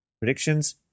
Predictions